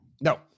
No